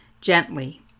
gently